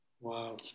Wow